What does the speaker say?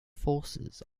forces